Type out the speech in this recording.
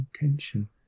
intention